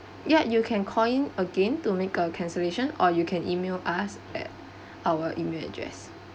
ya you can call in again to make a cancellation or you can email us at our email address